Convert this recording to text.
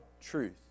truth